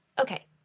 okay